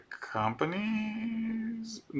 companies